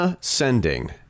sending